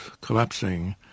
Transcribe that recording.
collapsing